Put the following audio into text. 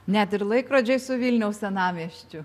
net ir laikrodžiai su vilniaus senamiesčiu